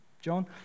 John